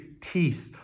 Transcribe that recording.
teeth